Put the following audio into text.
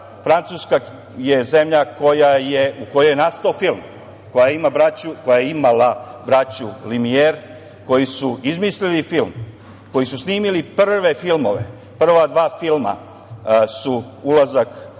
Francuska je zemlja u kojoj je nastao film, koja je imala braću Limijer koji su izmislili film, koji su snimili prve filmove. Prva dva filma su "Ulazak voza